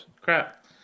crap